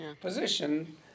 Position